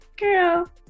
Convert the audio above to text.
girl